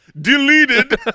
deleted